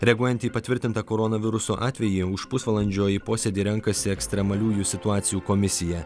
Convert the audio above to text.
reaguojant į patvirtintą koronaviruso atvejį už pusvalandžio į posėdį renkasi ekstremaliųjų situacijų komisija